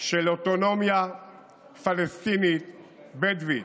של אוטונומיה פלסטינית בדואית,